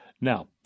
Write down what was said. Now